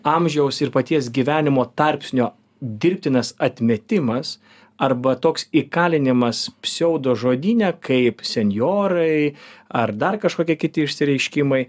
amžiaus ir paties gyvenimo tarpsnio dirbtinas atmetimas arba toks įkalinimas pseudo žodyne kaip senjorai ar dar kažkokie kiti išsireiškimai